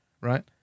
right